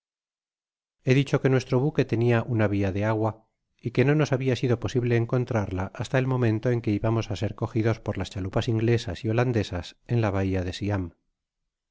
he dicho que nuestro buque tenia una via de agua y que no dos habia sido posible encontrarla hasta el momento en que ibamos á ser cogidos por las chalupas inglesas y holandesas en la bahia de siam